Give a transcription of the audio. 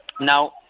Now